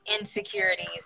Insecurities